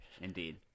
Indeed